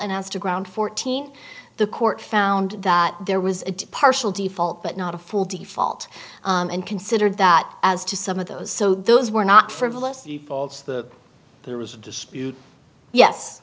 and as to ground fourteen the court found that there was a partial default but not a faulty fault and considered that as to some of those so those were not frivolous the faults that there was a dispute yes